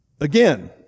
again